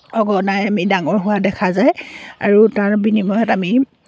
সঘনাই আমি ডাঙৰ হোৱা দেখা যায় আৰু তাৰ বিনিময়ত আমি